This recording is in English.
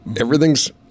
Everything's